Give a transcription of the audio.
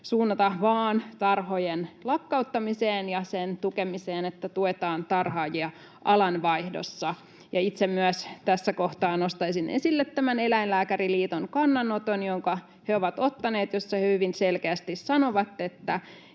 suunnata vain tarhojen lakkauttamiseen ja sen tukemiseen, että tuetaan tarhaajia alanvaihdossa. Itse myös tässä kohtaa nostaisin esille tämän Eläinlääkäriliiton kannanoton, jonka he ovat ottaneet ja jossa he hyvin selkeästi sanovat,